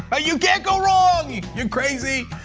ah you can't go wrong. you you crazy?